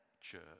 church